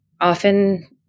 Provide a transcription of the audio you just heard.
often